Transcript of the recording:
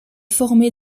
formée